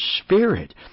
spirit